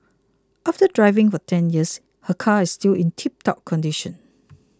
after driving for ten years her car is still in tiptop condition